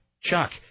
Chuck